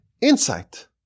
insight